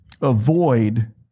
avoid